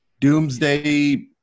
doomsday